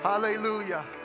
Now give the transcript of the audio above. Hallelujah